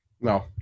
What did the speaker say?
No